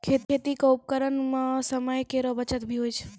खेती क उपकरण सें समय केरो बचत भी होय छै